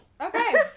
Okay